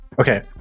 okay